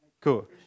Cool